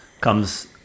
comes